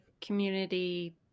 community